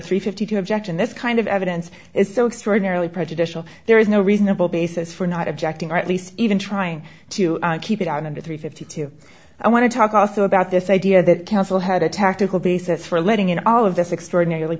three fifty two objection this kind of evidence is so extraordinarily prejudicial there is no reasonable basis for not objecting or at least even trying to keep it under three fifty two i want to talk also about this idea that counsel had a tactical basis for letting in all of this extraordinarily